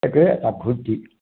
তাকে